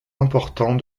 important